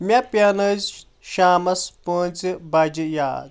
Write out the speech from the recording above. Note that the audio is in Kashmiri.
مےٚ پیٚانٲیزِ شامَس پانٛژھِ بجہِ یاد